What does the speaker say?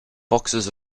boxes